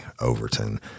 Overton